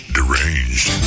Deranged